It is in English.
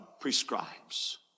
prescribes